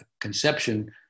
conception